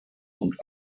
und